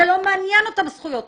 זה לא מעניין אותם.